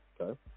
okay